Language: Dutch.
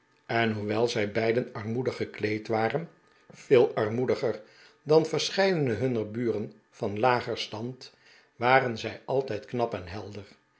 en hoewel zij beiden armoedig gekleed waren veel armoediger dan verscheidene hunner buren van lager stand waren zij altijd knap en helder